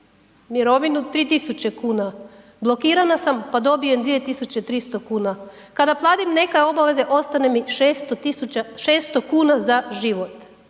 mirovinu 3.000,00 kn, blokirana sam pa dobijem 2.300,00 kn, kada platim neke obaveze ostane mi 600,00 kn za život,